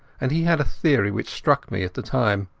and he had a theory which struck me at the time.